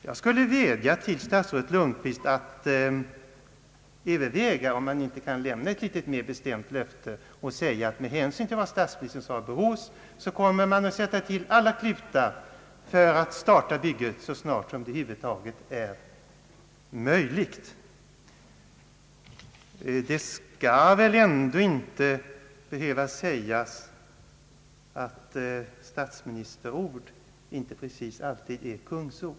Jag vill vädja till statsrådet Lundkvist att överväga, om han inte kan lämna ett något mer bestämt löfte och säga att man med hänsyn till vad statsministern framförde i Borås kommer att sätta till alla klutar för att starta bygget så snart som detta över huvud taget är möjligt.